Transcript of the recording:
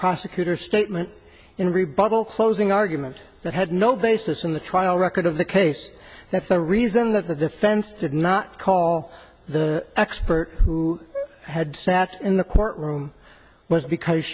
prosecutor statement in rebuttal closing argument that had no basis in the trial record of the case that the reason that the defense did not call the expert who had sat in the courtroom was because